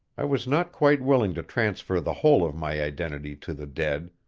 i was not quite willing to transfer the whole of my identity to the dead,